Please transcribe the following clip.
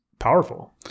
powerful